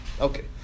okay